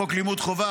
לחוק לימוד חובה,